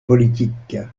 politiques